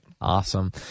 Awesome